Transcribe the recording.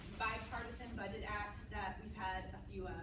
bipartisan budget act that we've had a few of,